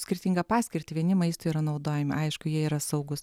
skirtingą paskirtį vieni maistui yra naudojami aišku jie yra saugūs